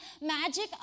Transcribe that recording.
magic